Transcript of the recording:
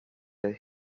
that